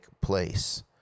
place